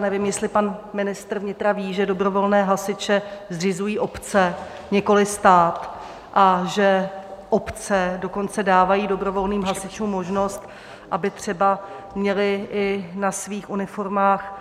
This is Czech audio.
Nevím, jestli pan ministr vnitra ví, že dobrovolné hasiče zřizují obce, nikoliv stát, a že obce dokonce dávají dobrovolným hasičům možnost, aby třeba měli na svých uniformách